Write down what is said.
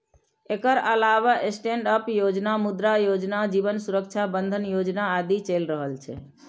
एकर अलावे स्टैंडअप योजना, मुद्रा योजना, जीवन सुरक्षा बंधन योजना आदि चलि रहल छै